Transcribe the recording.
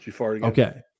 Okay